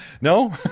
No